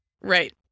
Right